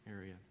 area